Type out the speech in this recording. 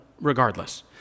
regardless